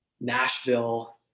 Nashville